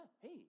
Hey